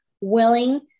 willing